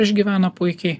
išgyvena puikiai